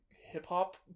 hip-hop